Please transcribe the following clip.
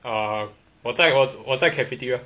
ah 我在我在 cafeteria